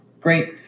great